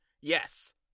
yes